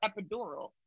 epidural